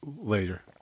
later